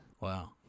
Wow